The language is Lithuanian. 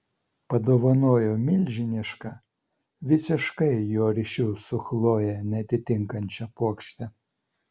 padovanojo milžinišką visiškai jo ryšių su chloje neatitinkančią puokštę